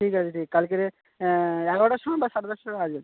ঠিক আছে ঠিক কালকেরে এগারোটার সময় বা সাড়ে দশটার সময় আসবেন